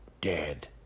Dead